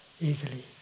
easily